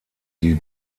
die